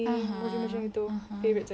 (uh huh) (uh huh)